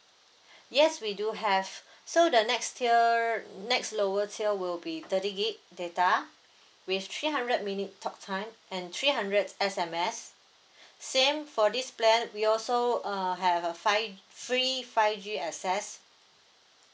yes we do have so the next tier next lower tier will be thirty gigabyte data with three hundred minute talk time and three hundred S_M_S same for this plan we also uh have a five free five G access